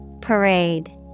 Parade